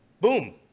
boom